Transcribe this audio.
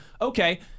okay